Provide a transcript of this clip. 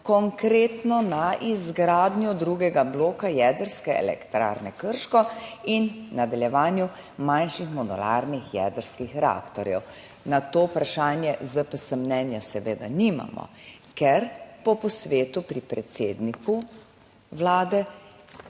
konkretno na izgradnjo drugega bloka jedrske elektrarne Krško in v nadaljevanju manjših monularnih jedrskih reaktorjev. Na to vprašanje ZPS mnenja seveda nimamo, ker po posvetu pri predsedniku vlade,